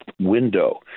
window